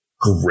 great